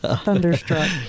Thunderstruck